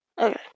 Okay